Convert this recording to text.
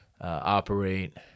Operate